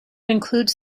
includes